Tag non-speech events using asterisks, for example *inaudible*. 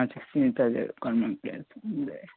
*unintelligible*